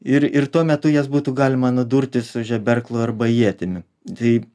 ir ir tuo metu jas būtų galima nudurti su žeberklu arba ietimi tai